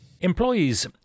Employees